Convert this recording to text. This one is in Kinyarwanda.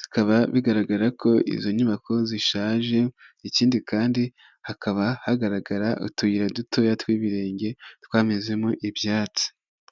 zikaba bigaragara ko izo nyubako zishaje, ikindi kandi hakaba hagaragara utuyira dutoya tw'ibirenge twamezemo ibyatsi.